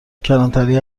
کلانتری